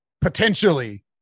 potentially